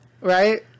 Right